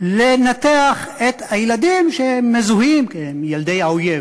לנתח את הילדים שמזוהים כילדי האויב,